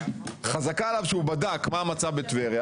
חזקה עליו שהוא בדק מה המצב בטבריה